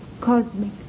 cosmic